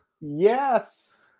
Yes